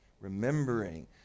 remembering